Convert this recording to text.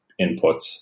inputs